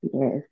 Yes